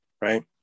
right